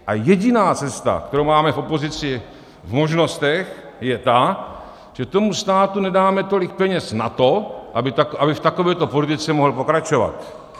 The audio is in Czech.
A jediná cesta, kterou máme v opozici v možnostech, je ta, že tomu státu nedáme tolik peněz na to, aby v takovéto politice mohl pokračovat.